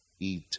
eat